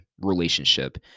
relationship